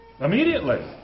immediately